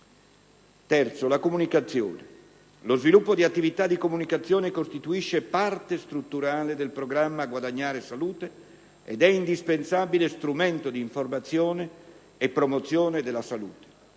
La comunicazione. Lo sviluppo di attività di comunicazione costituisce parte strutturale del programma "Guadagnare salute" ed è indispensabile strumento di informazione e promozione della salute;